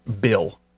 bill